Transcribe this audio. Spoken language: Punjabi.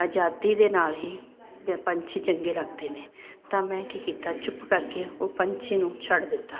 ਆਜ਼ਾਦੀ ਦੇ ਨਾਲ ਹੀ ਪੰਛੀ ਚੰਗੇ ਲੱਗਦੇ ਨੇ ਤਾਂ ਮੈਂ ਕੀ ਕੀਤਾ ਚੁੱਪ ਕਰਕੇ ਉਹ ਪੰਛੀ ਨੂੰ ਛੱਡ ਦਿੱਤਾ